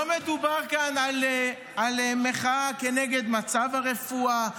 לא מדובר כאן על מחאה כנגד מצב הרפואה,